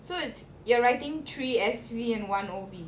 so it's you're writing three S_V and one O_V